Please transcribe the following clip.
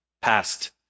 past